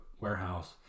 warehouse